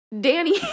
Danny